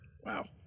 Wow